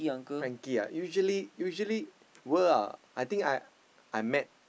Frankie ah usually usually will ah I think I I met